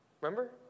Remember